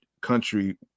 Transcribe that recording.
country